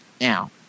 Now